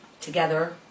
together